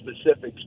specifics